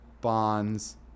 bonds